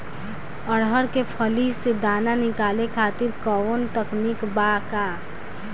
अरहर के फली से दाना निकाले खातिर कवन तकनीक बा का?